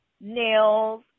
nails